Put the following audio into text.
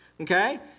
okay